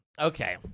Okay